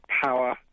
power